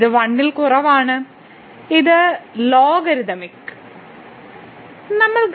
ഇത് 1 ൽ കുറവാണ് ഇവിടെ ലോഗരിഥമിക് ln